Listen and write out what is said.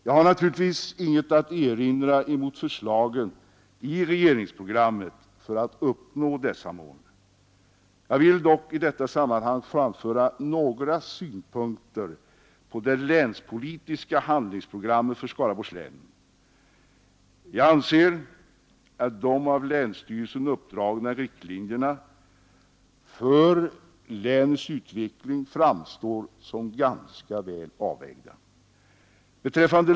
Jag har naturligtvis inget att erinra emot regeringsprogrammets förslag för att uppnå dessa mål. Jag vill dock i detta sammanhang framföra några synpunkter på det länspolitiska handlingsprogrammet för Skaraborgs län. De av länsstyrelsen uppdragna riktlinjerna för länets utveckling framstår som ganska väl avvägda.